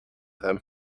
them